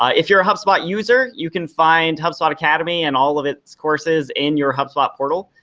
ah if you're a hubspot user, you can find hubspot academy and all of its courses in your hubspot portal,